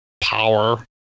power